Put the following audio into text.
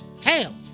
Hell